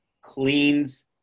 cleans